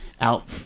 out